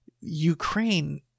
Ukraine